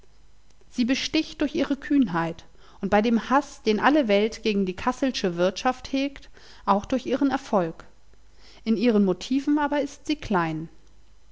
sie besticht durch ihre kühnheit und bei dem haß den alle welt gegen die kasselsche wirtschaft hegt auch durch ihren erfolg in ihren motiven aber ist sie klein